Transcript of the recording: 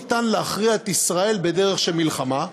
אפשרות להכריע את ישראל בדרך של מלחמה,